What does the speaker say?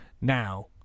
Now